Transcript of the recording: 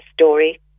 story